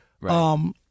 Right